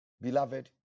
Beloved